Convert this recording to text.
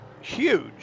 huge